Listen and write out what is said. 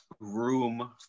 room